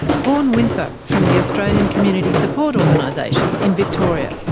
vaughan winther, from the australian community support organisation in victoria.